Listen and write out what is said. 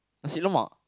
nasi lemak